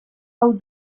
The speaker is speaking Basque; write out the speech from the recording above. hau